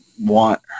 want